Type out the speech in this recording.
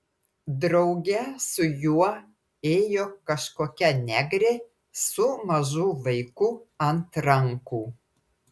drauge su juo ėjo kažkokia negrė su mažu vaiku ant rankų